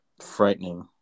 frightening